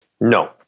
No